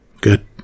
Good